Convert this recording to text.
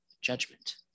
judgment